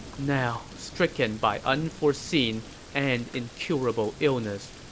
now, stricken by unforeseen and incurable illness,